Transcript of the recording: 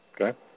Okay